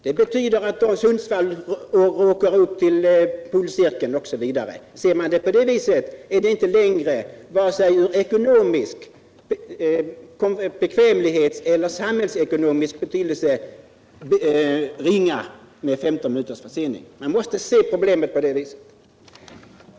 Det betyder att Sundsvall åker upp till polcirkeln, osv. Ser man det på det viset är 15 minuters försening inte längre så litet vare sig från bekvämlighetssynpunkt eller från samhällsekonomisk synpunkt. Man måste se problemet på det sättet.